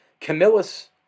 Camillus